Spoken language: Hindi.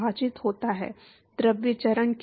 द्रव चरण के लिए